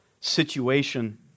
situation